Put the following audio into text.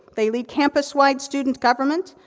they lead campus-wide student government,